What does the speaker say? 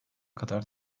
kadar